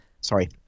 sorry